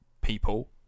people